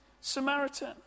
Samaritan